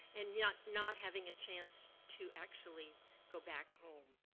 and yeah not having a chance to actually go back home.